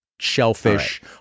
shellfish